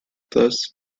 thus